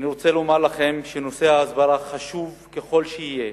אני רוצה לומר לכם שנושא ההסברה, חשוב ככל שיהיה,